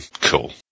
cool